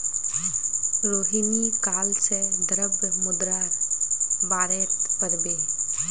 रोहिणी काल से द्रव्य मुद्रार बारेत पढ़बे